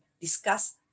discuss